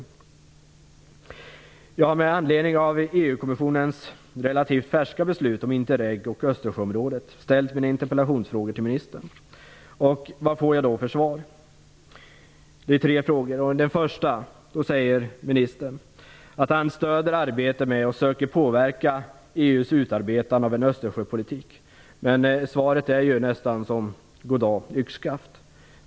Jag har ställt mina interpellationsfrågor till ministern med anledning av EU-kommissionens relativt färska beslut om Interreg och Östersjöområdet. Vad får jag då för svar? Det är tre frågor, och med anledning av den första säger ministern att han stöder arbetet med och söker påverka EU:s utarbetande av en Östersjöpolitik. Men svaret är ju nästan god dag yxskaft.